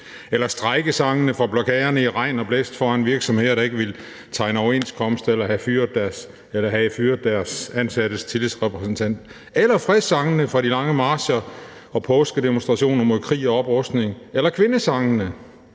Eller strejkesangene fra blokaderne i regn og blæst foran virksomheder, der ikke ville tegne overenskomst, eller der havde fyret de ansattes tillidsrepræsent. Eller fredssangene fra de lange marcher og påskedemonstrationer mod krig og oprustning. Eller kvindesangene